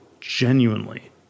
genuinely